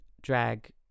drag